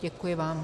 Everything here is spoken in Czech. Děkuji vám.